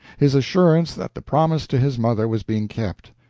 his assurance that the promise to his mother was being kept,